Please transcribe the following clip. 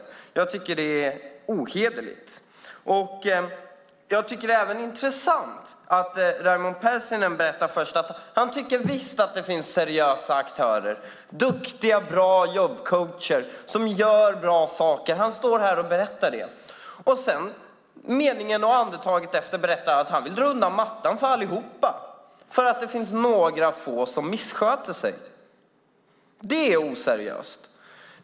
Jag tycker att det är ohederligt. Det är intressant att Raimo Pärssinen först står här och berättar att han visst tycker att det finns seriösa aktörer, duktiga och bra jobbcoacher som gör bra saker, men i meningen och andetaget efter berättar att han vill dra undan mattan för allihop för att det finns några få som missköter sig. Det är oseriöst.